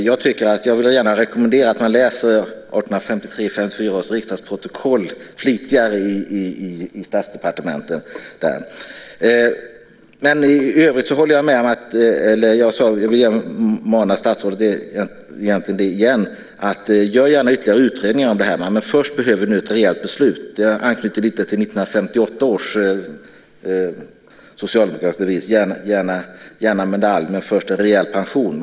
Jag vill gärna rekommendera statsdepartementen att läsa 1853/54 års riksdagsprotokoll flitigare. Jag vill även säga igen till statsrådet: Gör gärna ytterligare utredningar om det här, men först behöver vi ett rejält beslut. Jag anknyter lite till 1958 års socialdemokratiska devis: Gärna medalj men först en rejäl pension.